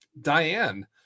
Diane